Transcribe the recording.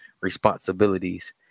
responsibilities